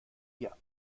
wir